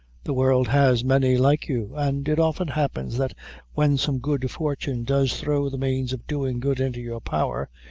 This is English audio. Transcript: the world has many like you and it often happens, that when some good fortune does throw the means of doing good into your power,